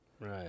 Right